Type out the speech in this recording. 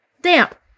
damp